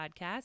Podcast